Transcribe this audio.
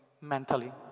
mentally